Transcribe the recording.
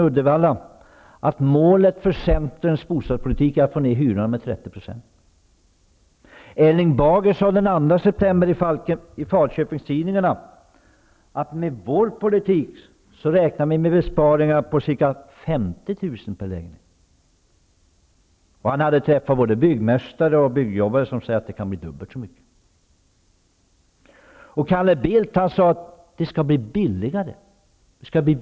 Uddevalla att målet för centerns bostadspolitik är att få ner hyran med 30 %. Falköpingstidningarna: Med vår politik räknar vi med besparingar på ca 50 000 per lägenhet. Han hade träffat både byggmästare och byggjobbare som sagt att det kunde bli dubbelt så mycket. Calle Bildt har sagt att det skall bli billigare.